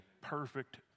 perfect